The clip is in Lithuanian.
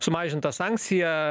sumažinta sankcija